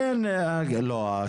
לא,